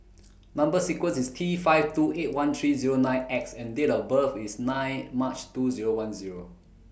Number sequence IS T five two eight one three nine X and Date of birth IS nine March two Zero one Zero